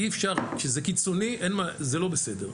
כשזה קיצוני זה לא בסדר,